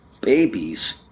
babies